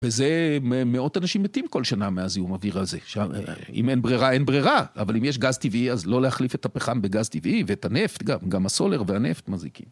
וזה, מאות אנשים מתים כל שנה מהזיהום האוויר הזה. אם אין ברירה, אין ברירה. אבל אם יש גז טבעי, אז לא להחליף את הפחם בגז טבעי, ואת הנפט, גם הסולר והנפט מזיקים.